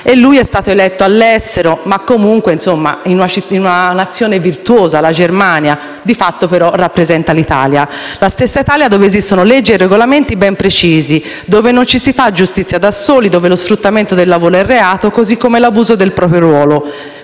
Egli è stato eletto all'estero (ma comunque in una nazione virtuosa, la Germania), e tuttavia rappresenta l'Italia, dove esistono leggi e regolamenti ben precisi, non ci si fa giustizia da soli e lo sfruttamento del lavoro è reato, così come l'abuso del proprio ruolo.